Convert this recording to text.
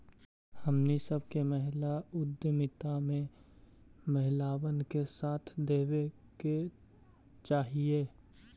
हमनी सब के महिला उद्यमिता में महिलबन के साथ देबे के चाहई